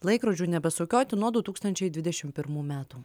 laikrodžių nebesukioti nuo du tūkstančiai dvidešim pirmų metų